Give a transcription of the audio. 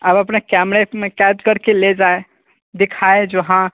आप अपना कैमरेज़ में क़ैद कर के ले जाएँ दिखाए जो हाँ